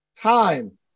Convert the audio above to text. time